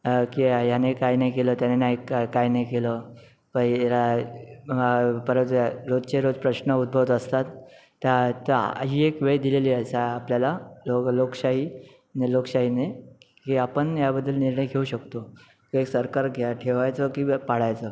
की याने काय नाही केलं त्याने नाही काय नाही केलं पहिले परत रोजचे रोज प्रश्न उद्भवत असतात त्या त्या ही एक वेळ दिलेली आहे स आपल्याला लो लोकशाही लोकशाहीने की आपण याबद्दल निर्णय घेऊ शकतो एक सरकार घ्या ठेवायचं की पाडायचं